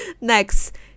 next